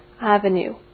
Avenue